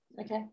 Okay